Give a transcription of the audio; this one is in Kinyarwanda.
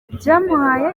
byamuhaye